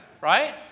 Right